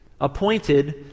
appointed